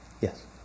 Yes